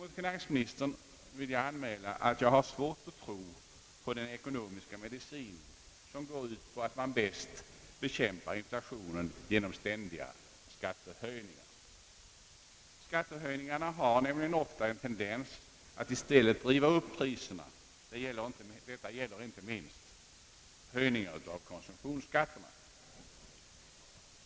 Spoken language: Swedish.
Mot finansministerns uppfattning vill jag invända att jag har svårt att tro på den ekonomiska medicin som går ut på att inflationen bekämpas genom ständiga skattehöjningar. Dessa har nämligen ofta en tendens att i stället driva upp priserna. Detta gäller inte minst höjningar av konsumtionsskatterna.